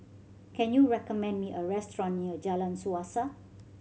can you recommend me a restaurant near Jalan Suasa